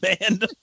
man